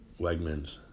Wegmans